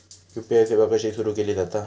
UPI सेवा कशी सुरू केली जाता?